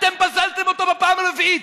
אתם פסלתם אותו בפעם הרביעית.